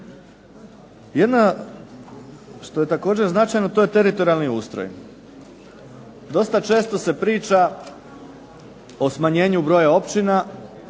Jedna što je također značajno to je teritorijalni ustroj. Dosta često se priča o smanjenju broja općina,